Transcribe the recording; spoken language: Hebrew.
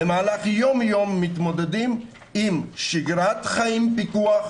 במהלך יום-יום מתמודדים עם שגרת חיים פיקוח,